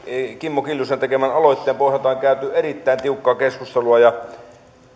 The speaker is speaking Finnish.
kimmo kiljusen tekemän aloitteen pohjalta on käyty erittäin tiukkaa keskustelua ja